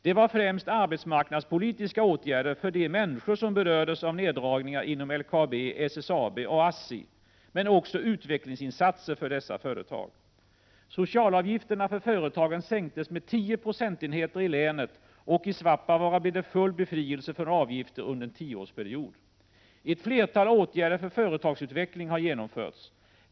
Det var främst arbetsmarknadspolitiska åtgärder för de människor som berördes av neddragningarna inom LKAB, SSAB och ASSI, men också utvecklingsinsatser för dessa företag. Socialavgifterna för företagen sänktes med 10 procentenheter i länet, och i Svappavaara blev det full befrielse från avgifter under en tioårsperiod. Ett flertal åtgärder för företagsutveckling har genomförts.